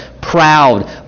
proud